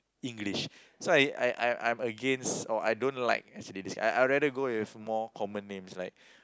English so I I I'm against or I don't like as it is I I rather go with more common names like